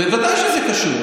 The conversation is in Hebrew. בוודאי שזה קשור.